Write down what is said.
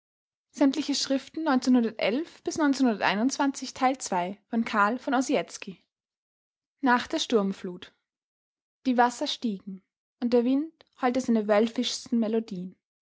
nach der sturmflut die wasser stiegen und der wind heulte seine wölfischsten melodien